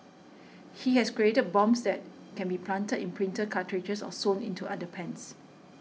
he has created bombs that can be planted in printer cartridges or sewn into underpants